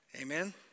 amen